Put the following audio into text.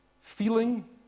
feeling